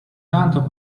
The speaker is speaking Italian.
tanto